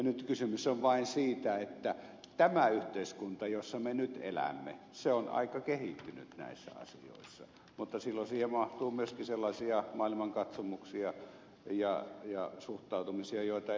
nyt kysymys on vain siitä että tämä yhteiskunta jossa me nyt elämme on aika kehittynyt näissä asioissa mutta silloin siihen mahtuu myöskin sellaisia maailmankatsomuksia ja suhtautumisia joita ed